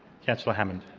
councillor hammond